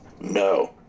No